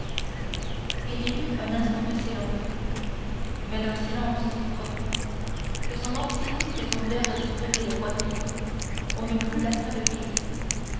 il y eut un instant de silence mais d'un silence si profond que sans l'anxiété que semblaient respirer mille poitrines on eût cru la salle vide